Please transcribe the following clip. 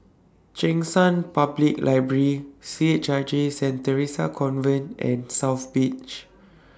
Cheng San Public Library C H I J Saint Theresa's Convent and South Beach